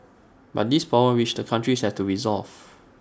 but these problems which the countries have to resolve